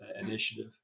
initiative